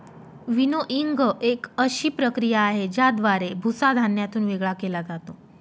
winnowing एक अशी प्रक्रिया आहे, ज्याद्वारे भुसा धान्यातून वेगळा केला जातो